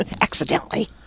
accidentally